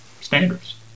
standards